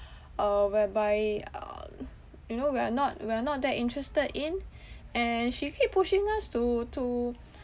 uh whereby uh you know we are not we are not that interested in and she keep pushing us to to